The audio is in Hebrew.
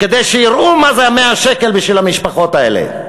כדי שיראו מה זה 100 שקל בשביל המשפחות האלה.